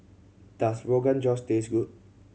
does Rogan Josh taste good